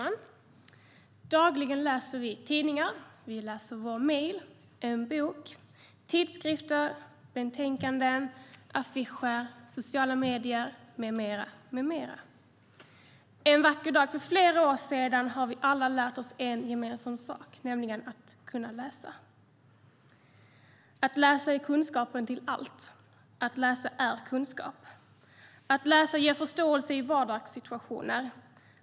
Herr talman! Vi läser dagligen tidningar, mejl, böcker, tidskrifter, betänkanden, affischer, sociala medier med mera. Vi har alla lärt oss en gemensam sak en vacker dag för flera år sedan, nämligen att läsa. Att läsa är grunden för all kunskap. Att läsa är kunskap. Att läsa ger förståelse i vardagssituationer.